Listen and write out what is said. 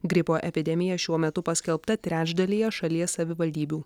gripo epidemija šiuo metu paskelbta trečdalyje šalies savivaldybių